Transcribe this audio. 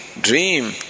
dream